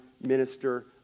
minister